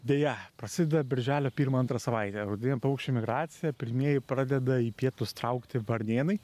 deja prasideda birželio pirmą antrą savaitę rudeninė paukščių migracija pirmieji pradeda į pietus traukti varnėnai